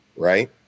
Right